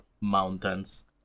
mountains